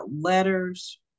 letters